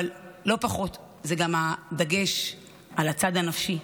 אבל לא פחות, הדגש הוא גם על הצד הנפשי.